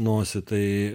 nosį tai